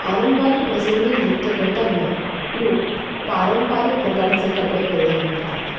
पारंपरिक प्रसंगी नृत्य करताना लोक पारंपरिक प्रकारचे कपडे परिधान करतात